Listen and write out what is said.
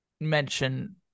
mention